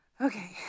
Okay